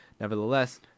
Nevertheless